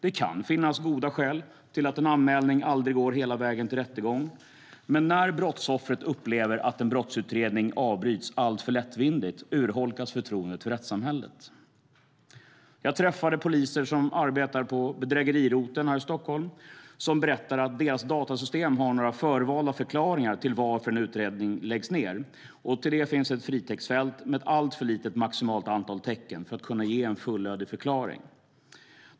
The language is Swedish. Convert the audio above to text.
Det kan finnas goda skäl till att en anmälan aldrig går hela vägen till rättegång, men när brottsoffret upplever att en brottsutredning avbryts alltför lättvindigt urholkas förtroendet för rättssamhället. Jag har träffat poliser som arbetar på bedrägeriroteln i Stockholm som berättar att deras datasystem har några olika förvalda förklaringar till varför en utredning läggs ned. Till det finns ett fritextfält med ett alltför litet maximalt antal tecken för att kunna ge en fullödig förklaring.